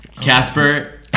Casper